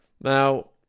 Now